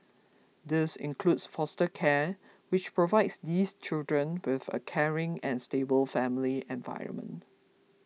this includes foster care which provides these children with a caring and stable family environment